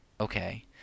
okay